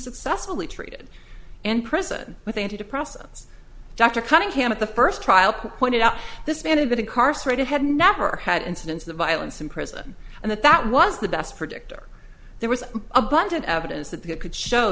successfully treated in prison with antidepressants dr cunningham at the first trial pointed out this man had been incarcerated had never had incidents of violence in prison and that that was the best predictor there was abundant evidence that they could show